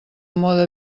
mode